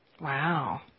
Wow